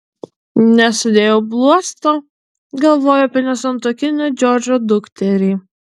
nesudėjau bluosto galvojau apie nesantuokinę džordžo dukterį